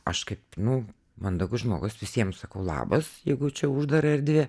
aš kaip nu mandagus žmogus visiem sakau labas jeigu čia uždara erdvė